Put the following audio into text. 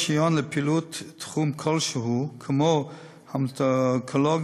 רישיון לפעילות תחום כלשהו כמו אונקולוגיה